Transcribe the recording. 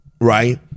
right